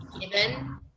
given